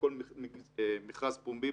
בכל מכרז פומבי